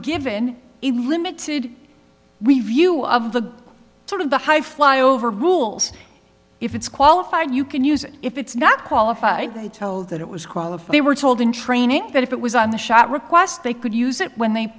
given a limited we view of the sort of the high fly over rules if it's qualified you can use it if it's not qualified they told that it was qualified they were told in training that if it was on the shot request they could use it when they